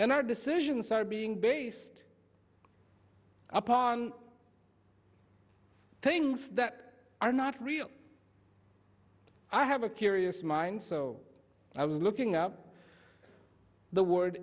and our decisions are being based upon things that are not real i have a curious mind so i was looking up the word